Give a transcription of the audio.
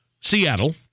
Seattle